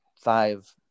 five